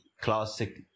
classic